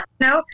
no